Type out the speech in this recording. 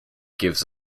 gives